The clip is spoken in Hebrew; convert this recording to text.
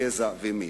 גזע ומין.